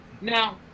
Now